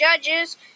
judges